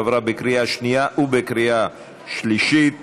עברה בקריאה שנייה